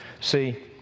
See